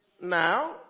Now